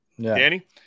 Danny